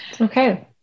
Okay